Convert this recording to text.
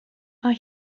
mae